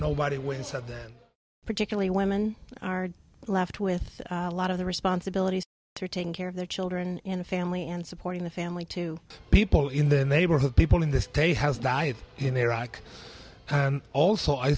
nobody wins at that particularly women are left with a lot of the responsibilities to take care of their children in the family and supporting the family to people in the neighborhood people in the state has died in iraq and also i